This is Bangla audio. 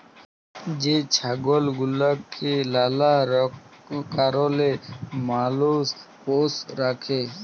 যে ছাগল গুলাকে লালা কারলে মালুষ পষ্য রাখে